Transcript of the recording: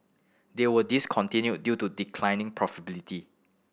they were discontinued due to declining profitability